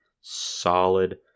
solid